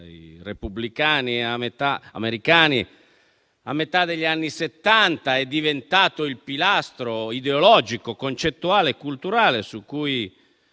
dai repubblicani americani a metà degli anni Settanta e diventato il pilastro ideologico, concettuale e culturale su cui